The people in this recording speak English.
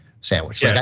sandwich